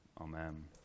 amen